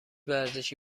ورزشی